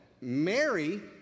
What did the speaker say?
Mary